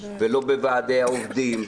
ולא בוועדי העובדים,